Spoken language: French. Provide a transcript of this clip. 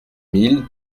mille